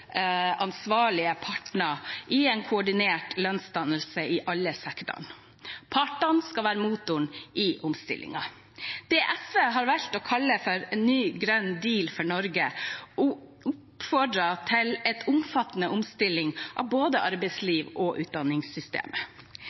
ansvarlige parter i en koordinert lønnsdannelse i alle sektorer. Partene skal være motoren i omstillingen. Det SV har valgt å kalle for en ny grønn deal for Norge, oppfordrer til en omfattende omstilling av både arbeidslivet og utdanningssystemet.